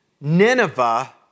Nineveh